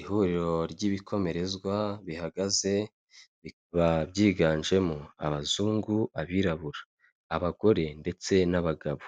Ihuriro ry'ibikomerezwa bihagaze bikaba byiganjemo abazungu, abirabura, abagore ndetse n'abagabo,